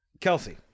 Kelsey